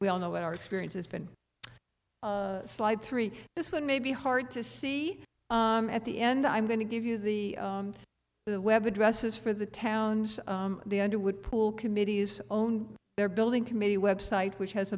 we all know what our experience has been slide three this one may be hard to see at the end i'm going to give you the the web addresses for the towns the underwood pool committees own their building committee website which has